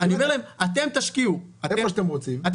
אני אומר להם: אתם תשקיעו איפה שאתם רוצים,